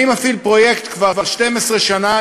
אני מפעיל פרויקט כבר 12 שנה,